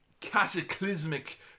cataclysmic